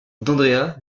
andrea